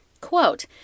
Quote